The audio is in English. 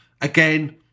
again